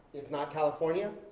if not california,